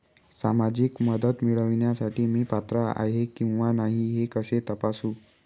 सामाजिक मदत मिळविण्यासाठी मी पात्र आहे किंवा नाही हे कसे तपासू?